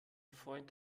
freund